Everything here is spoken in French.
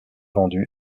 vendu